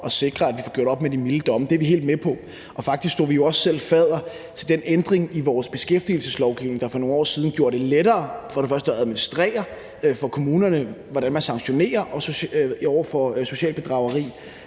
og sikre, at vi får gjort op med de milde domme, er vi helt med på. Faktisk stod vi jo også selv fadder til den ændring i beskæftigelseslovgivningen, der for nogle år siden gjorde det lettere for kommunerne at administrere, hvordan man sanktionerer over for socialt bedrageri,